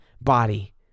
body